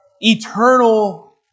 eternal